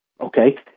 Okay